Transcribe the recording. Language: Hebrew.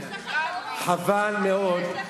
יש לך טעות, אנחנו בחרנו ללכת